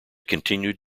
continued